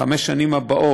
בחמש השנים הבאות,